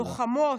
לוחמות,